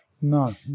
No